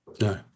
No